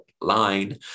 line